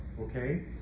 Okay